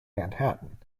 manhattan